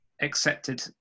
accepted